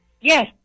Yes